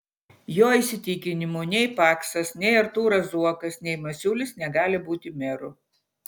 jo įsitikinimu nei paksas nei artūras zuokas nei masiulis negali būti meru